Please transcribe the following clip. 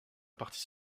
partie